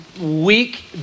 weak